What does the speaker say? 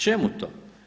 Čemu to?